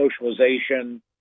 socialization